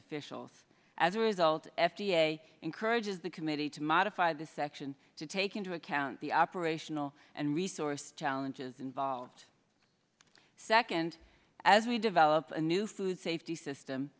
officials as a result f d a encourages the committee to modify this action to take into account the operational and resource challenges involved second as we develop a new food safety system